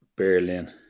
Berlin